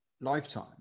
lifetime